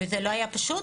וזה לא היה פשוט,